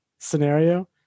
scenario